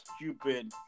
stupid